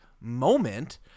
moment